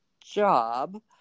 job